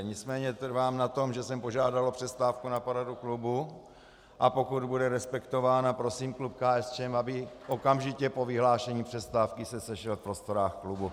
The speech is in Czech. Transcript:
Nicméně trvám na tom, že jsem požádal o přestávku na poradu klubu, a pokud bude respektována, prosím klub KSČM, aby okamžitě po vyhlášení přestávky se sešel v prostorách klubu.